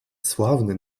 sławny